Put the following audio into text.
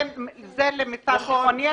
זה למיטב זיכרוני.